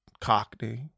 cockney